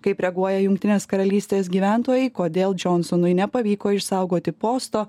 kaip reaguoja jungtinės karalystės gyventojai kodėl džionsonui nepavyko išsaugoti posto